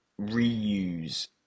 reuse